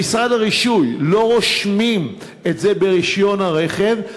במשרד הרישוי לא רושמים את זה ברישיון הרכב,